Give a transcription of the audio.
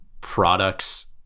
products